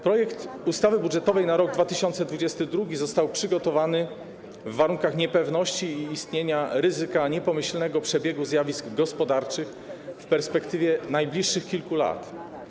Projekt ustawy budżetowej na rok 2022 został przygotowany w warunkach niepewności i istnienia ryzyka niepomyślnego przebiegu zjawisk gospodarczych w perspektywie najbliższych kilku lat.